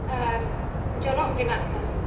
ᱟᱨ ᱡᱚᱱᱚᱜ ᱵᱮᱱᱟᱜ ᱠᱟᱱᱟ